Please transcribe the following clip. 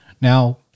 Now